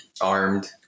armed